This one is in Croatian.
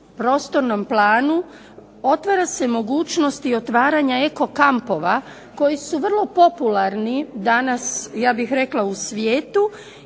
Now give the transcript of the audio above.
prostornom planu otvara se mogućnost i otvaranja eko kampova koji su vrlo popularni danas ja bih rekla u svijetu